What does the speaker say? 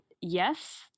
yes